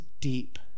deep